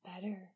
better